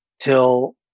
till